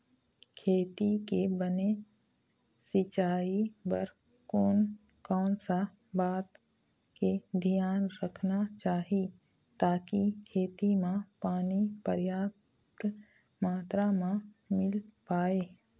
खेती के बने सिचाई बर कोन कौन सा बात के धियान रखना चाही ताकि खेती मा पानी पर्याप्त मात्रा मा मिल पाए?